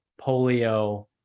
polio